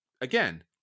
again